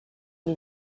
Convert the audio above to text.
and